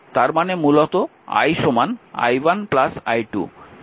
তার মানে মূলত i i1 i2